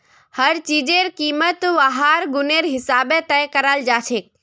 हर चीजेर कीमत वहार गुनेर हिसाबे तय कराल जाछेक